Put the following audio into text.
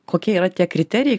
kokie yra tie kriterijai